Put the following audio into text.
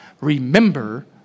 Remember